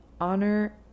honor